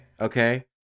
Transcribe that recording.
okay